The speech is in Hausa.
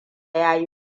yayi